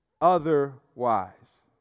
otherwise